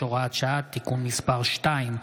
הוראת שעה) (תיקון מס' 2),